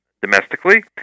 domestically